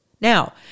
Now